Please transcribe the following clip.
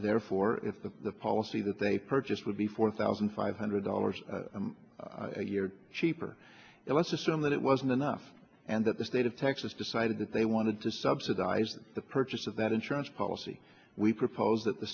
therefore if the policy that they purchased would be four thousand five hundred dollars a year cheaper now let's assume that it wasn't enough and that the state of texas decided that they wanted to subsidize the purchase of that insurance policy we propose that the